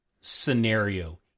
scenario